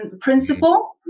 principle